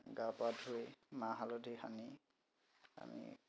গা পা ধুই মাহ হালধি সানি আমি